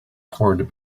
corned